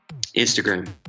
Instagram